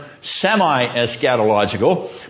semi-eschatological